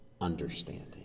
understanding